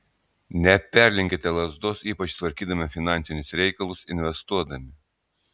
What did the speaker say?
neperlenkite lazdos ypač tvarkydami finansinius reikalus investuodami